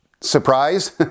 surprise